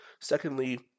Secondly